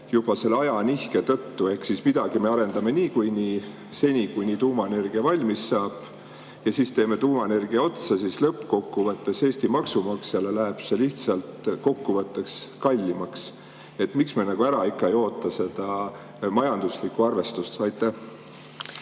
juba selle ajanihke tõttu midagi me arendame niikuinii, seni kuni tuumaenergia valmis saab, ja siis teeme tuumaenergia otsa, siis Eesti maksumaksjale läheb see lihtsalt kokkuvõttes kallimaks. Miks me ära ei oota seda majanduslikku arvestust? Aitäh!